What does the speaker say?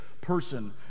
person